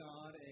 God